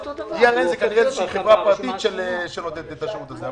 ERN זו כנראה חברה פרטית שנותנת את השירות הזה.